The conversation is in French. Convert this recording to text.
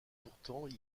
pourtant